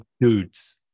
dudes